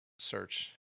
search